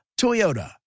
Toyota